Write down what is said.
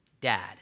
Dad